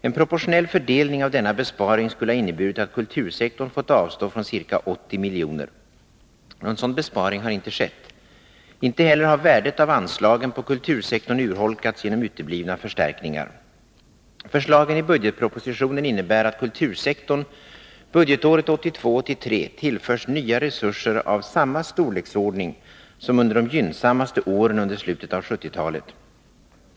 En proportionell fördelning av denna besparing skulle ha inneburit att kultursektorn fått avstå från ca 80 miljoner. Någon sådan besparing har inte skett. Inte heller har värdet av anslagen på kultursektorn urholkats genom uteblivna förstärkningar. Förslagen i budgetpropositionen innebär att kultursektorn budgetåret 1982/83 tillförs nya resurser av samma storleksordning som under de gynnsammaste åren i slutet av 1970-talet.